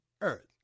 earth